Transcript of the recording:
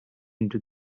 into